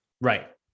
Right